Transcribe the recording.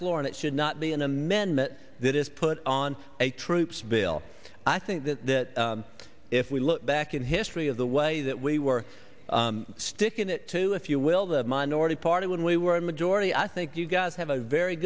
floor and it should not be an amendment that is put on a troops bill i think that that if we look back in history of the way that we were sticking it to if you will the minority party when we were a majority i think you guys have a very